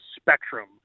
spectrum